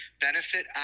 Benefit